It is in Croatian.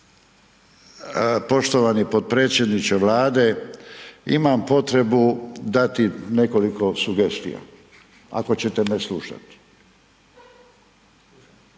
poštovani potpredsjedniče Vlade imam potrebu dati nekoliko sugestija, ako ćete me slušati.